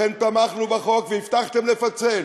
לכן תמכנו בחוק, והבטחתם לפצל.